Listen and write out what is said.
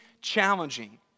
challenging